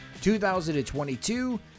2022